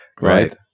Right